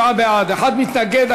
47 בעד, אחד מתנגד.